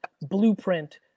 blueprint